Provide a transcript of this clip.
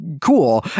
cool